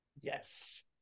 Yes